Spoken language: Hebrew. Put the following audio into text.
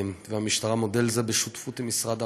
והמשטרה מודל זה בשותפות עם משרד הרווחה.